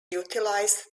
utilised